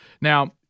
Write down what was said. Now